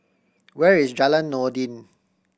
where is Jalan Noordin